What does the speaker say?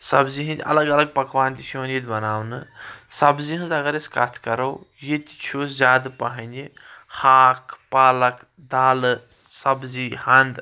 سبزی ہندۍ الگ الگ پکوان تہِ چھِ یوان بناونہٕ سبزی ہنز اگر کتھ کرو ییٚتہِ چھ زیادٕ پہم یہِ ہاکھ پالک دالہٕ سبزی ہند